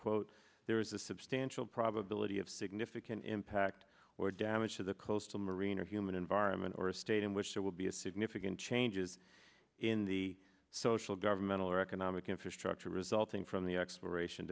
quote there is a substantial probability of significant impact or damage to the coastal marine or human environment or a state in which there will be a significant changes in the social governmental or economic infrastructure resulting from the exploration